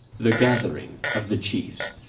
the gathering of the chiefs